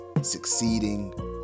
succeeding